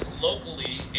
locally